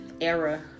era